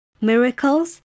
Miracles